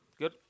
Good